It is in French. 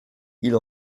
ils